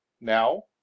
Now